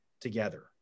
together